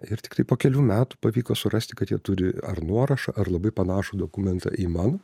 ir tiktai po kelių metų pavyko surasti kad jie turi ar nuorašą ar labai panašų dokumentą į mano